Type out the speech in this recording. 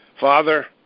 Father